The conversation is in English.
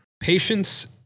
patience